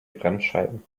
bremsscheiben